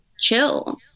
chill